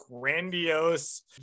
grandiose